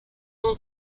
mon